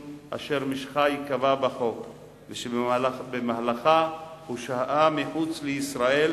שלכאורה היו צריכות להתקבל היום,